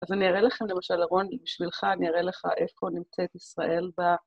אז אני אראה לכם, למשל, אהרוני, בשבילך אני אראה לך איפה נמצאת ישראל ב...